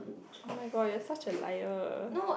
oh-my-god you're such a liar